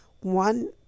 One